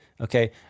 Okay